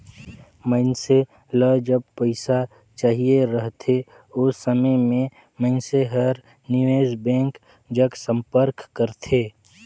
मइनसे ल जब पइसा चाहिए रहथे ओ समे में मइनसे हर निवेस बेंक जग संपर्क करथे